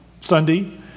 Sunday